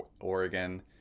Oregon